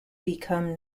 become